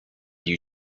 you